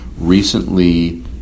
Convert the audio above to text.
recently